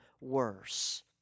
worse